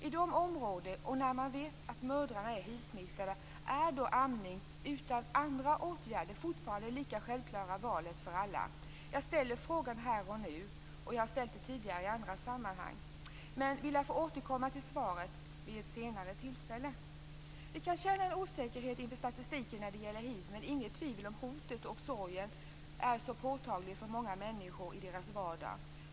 I dessa områden, och där man vet att mödrarna är hivsmittade, är amning, utan att andra åtgärder vidtas, det lika självklara valet för alla. Jag ställer frågan här och nu, och jag har ställt den tidigare i andra sammanhang. Men vi lär få återkomma till svaret vid ett senare tillfälle. Vi kan känna en osäkerhet inför statistiken när det gäller hiv, men det råder inget tvivel om att hotet och sorgen är påtaglig för många människor i deras vardag.